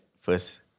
first